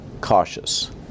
cautious